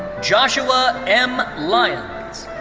joshua m. lyons.